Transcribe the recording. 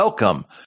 Welcome